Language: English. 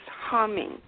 humming